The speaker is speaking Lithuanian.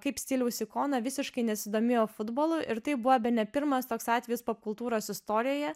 kaip stiliaus ikona visiškai nesidomėjo futbolu ir tai buvo bene pirmas toks atvejis popkultūros istorijoje